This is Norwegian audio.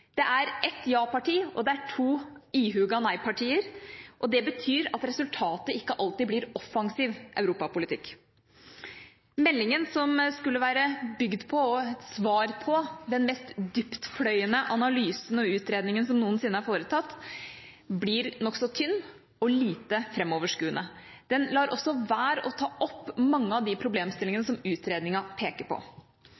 Det er ett ja-parti og to ihuga nei-partier, og det betyr at resultatet ikke alltid blir offensiv europapolitikk. Meldingen, som skulle være bygget på og svar på den mest dyptpløyende analysen og utredningen som noensinne er foretatt, blir nokså tynn og lite framoverskuende. Den lar også være å ta opp mange av de problemstillingene